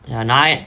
நாயே:naayae